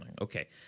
Okay